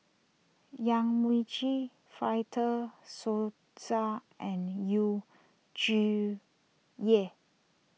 Yong Mun Chee Fred De Souza and Yu Zhuye